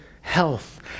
health